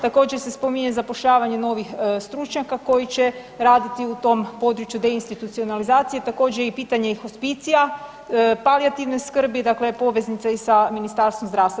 Također se spominje zapošljavanje novih stručnjaka koji će raditi u tom području deinstitunacionalizacije, također i pitanje hospicija, palijativne skrbi dakle poveznica i sa Ministarstvom zdravstva.